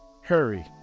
Hurry